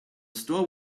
store